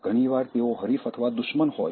ઘણીવાર તેઓ હરીફ અથવા દુશ્મન હોય છે